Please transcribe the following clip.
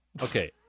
Okay